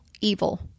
evil